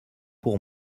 pour